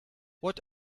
what